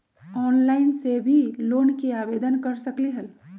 Online से भी loan के आवेदन कर सकलीहल?